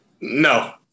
No